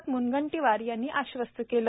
म्नगंटीवार यांनी आश्वस्त केले